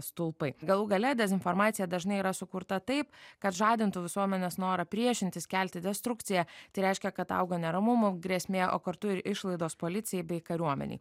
stulpai galų gale dezinformacija dažnai yra sukurta taip kad žadintų visuomenės norą priešintis kelti destrukciją tai reiškia kad auga neramumų grėsmė o kartu ir išlaidos policijai bei kariuomenei